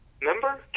Remember